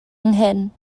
nghyn